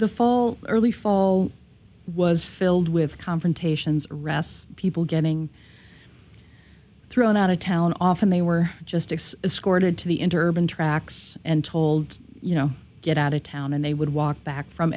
the fall early fall was filled with confrontations arrests people getting thrown out of town often they were just acts scored to the interval tracks and told you no get out of town and they would walk back from